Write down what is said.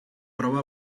prova